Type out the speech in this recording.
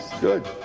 Good